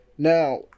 Now